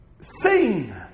sing